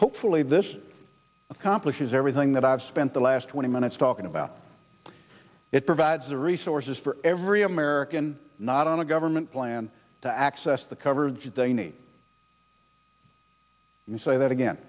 hopefully this accomplishes everything that i've spent the last twenty minutes talking about it provides the resources for every american not on a government plan to access the coverage they need and say that again